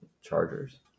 Chargers